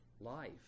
life